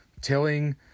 tilling